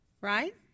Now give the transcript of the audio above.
right